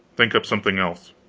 think up something else.